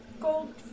gold